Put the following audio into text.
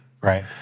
Right